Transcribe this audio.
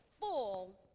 full